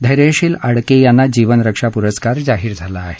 धैर्यशील आडके यांना जीवनरक्षा पुरस्कार जाहीर झाला आहे